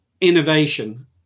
innovation